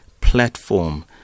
platform